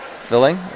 Filling